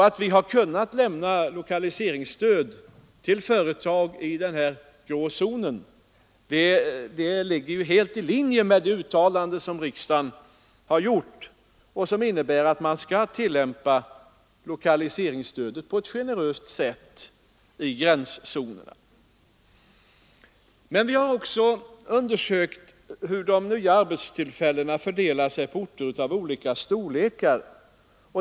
Att vi har lämnat lokaliseringsstöd till företag i den grå zonen ligger helt i linje med det uttalande som riksdagen har gjort och som innebär att man skall tillämpa lokaliseringsstödet på ett generöst sätt i gränszonerna. Vi har också undersökt hur de nya arbetstillfällena fördelar sig på orter av olika storlek.